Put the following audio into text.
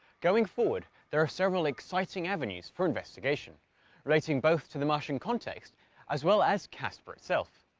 going forward, there are several exciting avenues for investigation relating both to the martian context as well as cassper itself.